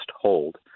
hold